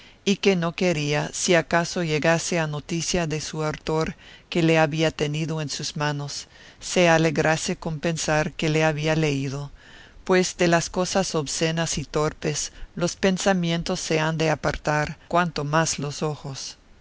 y que no quería si acaso llegase a noticia de su autor que le había tenido en sus manos se alegrase con pensar que le había leído pues de las cosas obscenas y torpes los pensamientos se han de apartar cuanto más los ojos